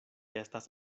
estas